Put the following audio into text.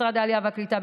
משרד העלייה והקליטה,